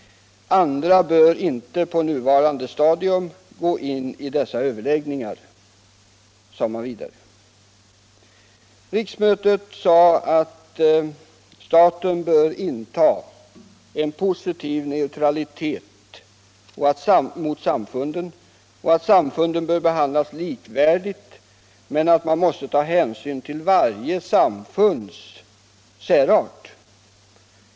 Andra bör på nuvarande stadium inte gå in i dessa överläggningar, sade man. Riksmötet sade vidare att staten bör iaktta en positiv neutralitet till samfunden, att samfunden bör behandlas likvärdigt men att man måste ta hänsyn till varje samfunds särart.